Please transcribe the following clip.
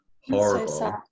horrible